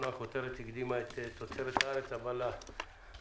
אמנם הכותרת הקדימה את תוצרת הארץ אבל העיקר